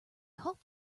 hope